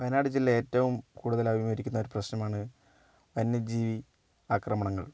വയനാട് ജില്ല ഏറ്റവും കൂടുതൽ അഭിമുഖീകരിക്കുന്ന ഒരു പ്രശ്നമാണ് വന്യജീവി ആക്രമണങ്ങൾ